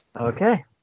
Okay